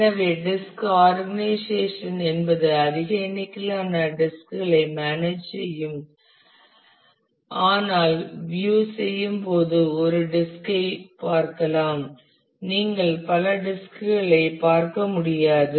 எனவே disk organisation என்பது அதிக எண்ணிக்கையிலான டிஸ்க் களை மானேஜ் செய்யும் ஆனால் வியூ செய்யும்போது ஒரு டிஸ்க் ஐ பார்க்கலாம் நீங்கள் பல டிஸ்க் களை பார்க்க முடியாது